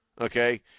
okay